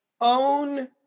own